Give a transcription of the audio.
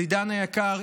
אז עידן היקר,